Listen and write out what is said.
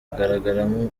kugaragaramo